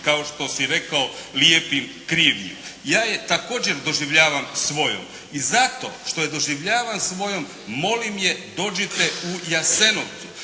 kao što si rekao lijepim krivnju. Ja je također doživljavam svojom i zato što je doživljavam svojom molim je dođite u Jasenovcu.